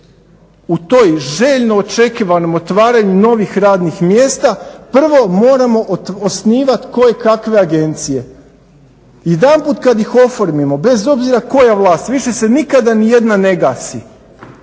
u toj željno očekivanom otvaranju novih radnih mjesta prvo moramo osnivati kojekakve agencije? Jedanput kada ih oformimo bez obzira koja vlast više se nikada nijedna ne gasi.